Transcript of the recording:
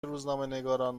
روزنامهنگاران